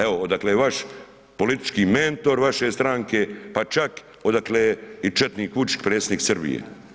Evo, odakle je vaš politički mentor vaše stranke, pa čak odakle je i četnik Vučić, predsjednik Srbije.